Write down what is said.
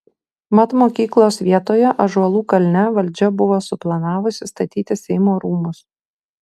mat mokyklos vietoje ąžuolų kalne valdžia buvo suplanavusi statyti seimo rūmus